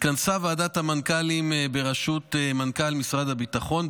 התכנסה ועדת המנכ"לים בראשות מנכ"ל משרד הביטחון.